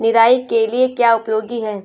निराई के लिए क्या उपयोगी है?